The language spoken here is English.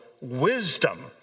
wisdom